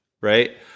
right